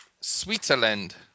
Switzerland